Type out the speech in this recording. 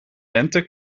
lente